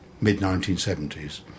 mid-1970s